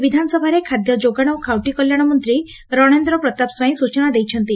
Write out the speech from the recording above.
ଆକି ବିଧାନସଭାରେ ଖାଦ୍ୟ ଯୋଗାଣ ଓ ଖାଉଟି କଲ୍ୟାଶ ମନ୍ତୀ ରଣେନ୍ଦ୍ର ପ୍ରତାପ ସ୍ୱାଇଁ ସୂଚନା ଦେଇଛନ୍ତି